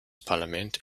parlament